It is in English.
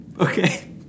Okay